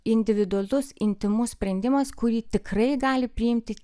individualus intymus sprendimas kurį tikrai gali priimti